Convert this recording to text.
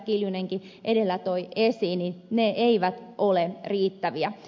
kiljunenkin edellä toi esiin ne eivät ole riittäviä